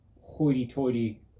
hoity-toity